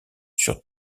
sur